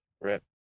Rip